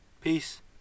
Peace